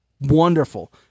Wonderful